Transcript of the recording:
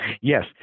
Yes